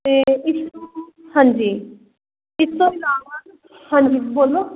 ਅਤੇ ਇਸਨੂੰ ਹਾਂਜੀ ਇਸ ਤੋਂ ਇਲਾਵਾ ਹਾਂਜੀ ਬੋਲੋ